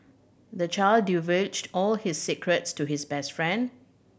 the child divulged all his secrets to his best friend